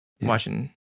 watching